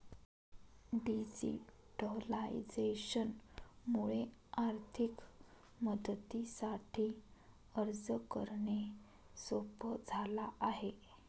digitalisation मुळे आर्थिक मदतीसाठी अर्ज करणे सोप झाला आहे